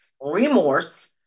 remorse